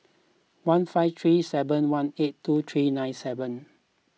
one five three seven one eight two three nine seven